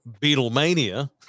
Beatlemania